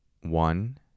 one